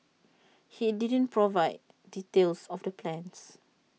he didn't provide details of the plans